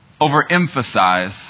overemphasize